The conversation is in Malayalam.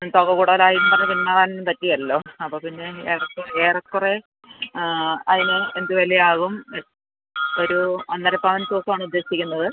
മ് തുക കൂടുതൽ ആയി എന്ന് പറഞ്ഞ് പിന്മാറാൻ പറ്റുകയില്ലല്ലോ അപ്പം പിന്നെ ഏറെക്കുറെ ഏറെക്കുറെ അതിന് എന്ത് വില ആകും ഒരൂ ഒന്നര പവൻ തൂക്കവാണ് ഉദ്ദേശിക്കുന്നത്